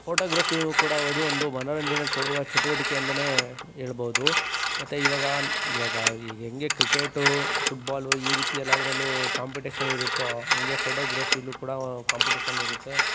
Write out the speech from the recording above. ಫೋಟೋಗ್ರಫಿಯೂ ಕೂಡ ಅದು ಒಂದು ಮನೋರಂಜನೆ ಕೊಡುವ ಚಟುವಟಿಕೆ ಅಂತನೆ ಹೇಳ್ಬೋದು ಮತ್ತು ಇವಾಗ ಇವಾಗ ಹೇಗೆ ಕ್ರಿಕೆಟು ಫುಟ್ಬಾಲು ಈ ರೀತಿ ಎಲ್ಲದರಲ್ಲೂ ಕಾಂಪಿಟೇಷನ್ ಇರುತ್ತೋ ಹಾಗೆ ಫೋಟೋಗ್ರಫಿಲೂ ಕೂಡ ಕಾಂಪಿಟೇಷನ್ ಇರುತ್ತೆ